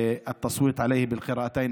הצעה שהיא חברתית מהמדרגה הראשונה,